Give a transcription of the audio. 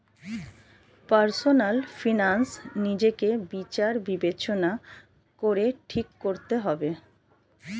personal finance নিজেকে বিচার বিবেচনা করে ঠিক করতে হবে